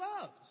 loved